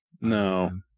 No